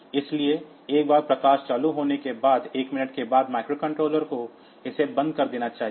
इसलिए एक बार प्रकाश चालू होने के बाद 1 मिनट के बाद माइक्रोकंट्रोलर को इसे बंद कर देना चाहिए